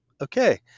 okay